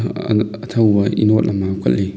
ꯑꯊꯧꯕ ꯏꯅꯣꯠ ꯑꯃ ꯍꯥꯞꯀꯠꯂꯤ